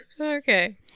okay